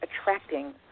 attracting